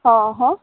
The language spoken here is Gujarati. હા હા